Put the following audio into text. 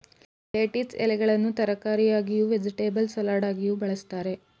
lettuce ಎಲೆಗಳನ್ನು ತರಕಾರಿಯಾಗಿಯೂ, vegetable ಸಲಡಾಗಿಯೂ ಬಳ್ಸತ್ತರೆ